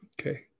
okay